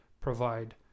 provide